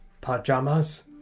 pajamas